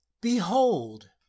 behold